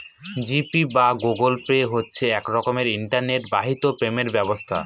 জি pay বা Google pay হচ্ছে এক রকমের ইন্টারনেট বাহিত পেমেন্ট ব্যবস্থা